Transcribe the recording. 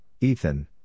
Ethan